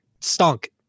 stunk